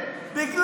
רוצחים?